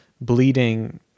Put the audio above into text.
bleeding